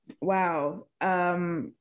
Wow